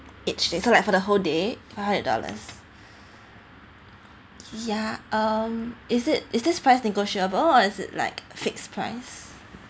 each day so like for the whole day five hundred dollars yeah um is it is this price negotiable or is it like fixed price